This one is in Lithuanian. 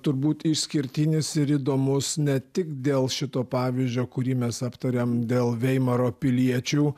turbūt išskirtinis ir įdomus ne tik dėl šito pavyzdžio kurį mes aptarėm dėl veimaro piliečių